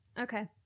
Okay